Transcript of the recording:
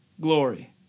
glory